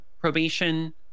Probation